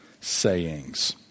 sayings